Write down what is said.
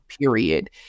period